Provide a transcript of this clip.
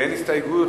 באין הסתייגויות,